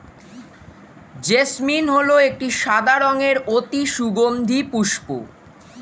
jasmine হল একটি সাদা রঙের অতি সুগন্ধি পুষ্প